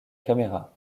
caméra